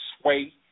sway